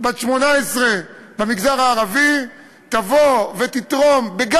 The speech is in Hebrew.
בת 18 במגזר הערבי תבוא ותתרום לקהילה שלה,